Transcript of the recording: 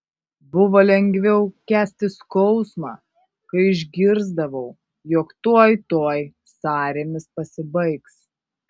buvo lengviau kęsti skausmą kai išgirsdavau jog tuoj tuoj sąrėmis pasibaigs